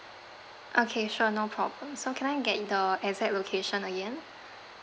okay sure no problem so can I get the exact location again